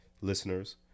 Listeners